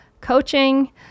coaching